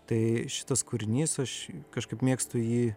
tai šitas kūrinys aš kažkaip mėgstu jį